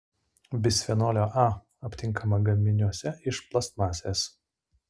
bisfenolio a aptinkama gaminiuose iš plastmasės